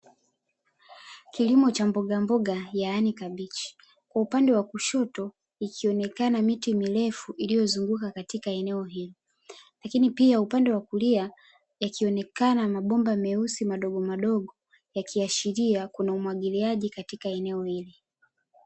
Kilimo cha mbogamboga yaani kabichi kwa upande wa kushoto ikionekana miti mirefu iliyozunguka katika eneo hili, lakini pia upande wa kulia yakionekana mabomba meusi madogomadogo yakiashiria kuna umwagiliaji katika eneo hili.